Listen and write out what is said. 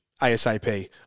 ASAP